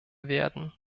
werden